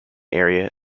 area